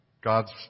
God's